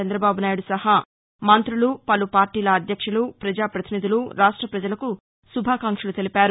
చంద్రబాబునాయుడు సహా మంతులు పలు పార్టీల అధ్యక్షులు ప్రజాపతినిధులు రాష్ట ప్రజలకు శుభాకాంక్షలు తెలిపారు